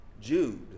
Jude